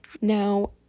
Now